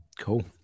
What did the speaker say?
Cool